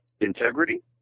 integrity